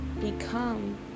become